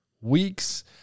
weeks